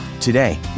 Today